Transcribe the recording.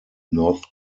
north